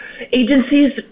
agencies